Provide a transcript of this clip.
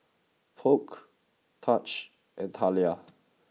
Polk Taj and Talia